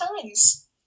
times